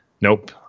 Nope